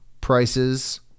prices